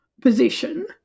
position